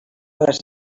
les